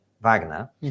Wagner